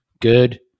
good